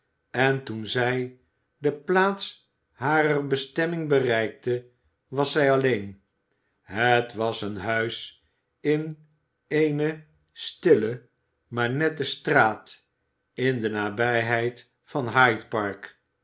en toen zij de plaats harer bestemming bereikte was zij alleen het was een huis in eene stille maar nette straat in de nabijheid van